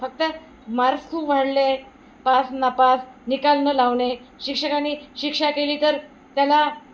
फक्त मार्क्स खूप वाढले पास नापास निकाल न लावणे शिक्षकांनी शिक्षा केली तर त्याला